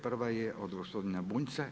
Prva je od gospodina Bunjca.